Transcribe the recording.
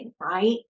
right